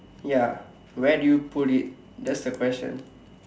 ya where do you put it that's the question